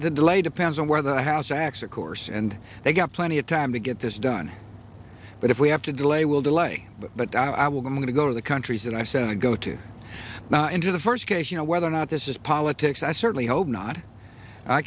the delay depends on where the house acts of course and they've got plenty of time to get this done but if we have to delay will delay but i will i'm going to go to the countries that i sent to go to now into the first case you know whether or not this is politics i certainly hope not i